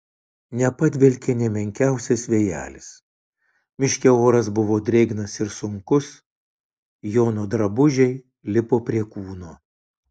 nepadvelkė nė menkiausias vėjelis miške oras buvo drėgnas ir sunkus jono drabužiai lipo prie kūno